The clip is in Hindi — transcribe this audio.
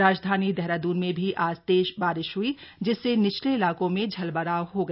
राजधानी देहरादून में भी आज तेज बारिश ह्ई जिससे निचले इलाकों में जलभराव हो गया